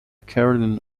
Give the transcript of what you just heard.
carolyn